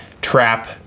trap